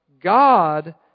God